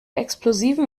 explosiven